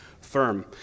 firm